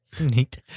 neat